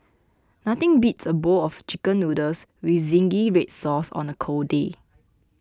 nothing beats a bowl of Chicken Noodles with Zingy Red Sauce on a cold day